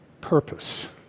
purpose